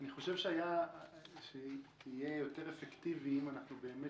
אני חושב שיהיה יותר אפקטיבי אם נדע,